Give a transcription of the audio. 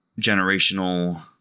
generational